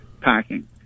packing